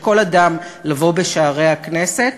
של כל אדם לבוא בשערי הכנסת.